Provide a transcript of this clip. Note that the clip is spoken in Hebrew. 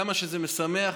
כמה שזה משמח,